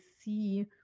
see